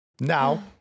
Now